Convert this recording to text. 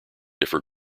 differ